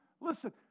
Listen